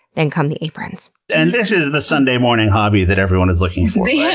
then come the aprons. and this is the sunday morning hobby that everyone is looking for. yeah